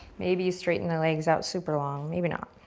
maybe straighten the legs out super long, maybe not.